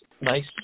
nice